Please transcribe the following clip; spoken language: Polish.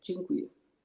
Dziękuję.